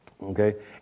Okay